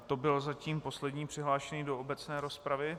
To byl zatím poslední přihlášený do obecné rozpravy.